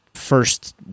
First